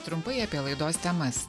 trumpai apie laidos temas